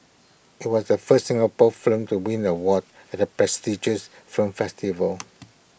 IT was the first Singapore film to win award at the prestigious film festival